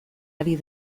ari